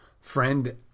friend